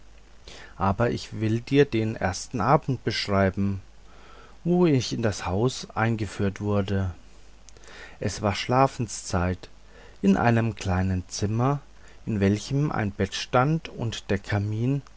aber ich will dir den ersten abend beschreiben wo ich in das haus eingeführt wurde es war schlafenszeit in einem kleinen zimmer in welchem ein bett stand und der kamin